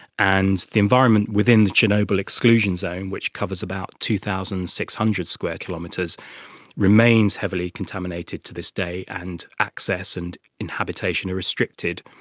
and the environment within the chernobyl exclusion zone which covers about two thousand six hundred square kilometres remains heavily contaminated to this day, and access and habitation are restricted.